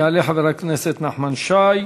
יעלה חבר הכנסת נחמן שי,